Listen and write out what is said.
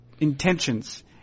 intentions